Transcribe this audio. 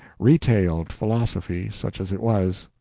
retailed philosophy, such as it was,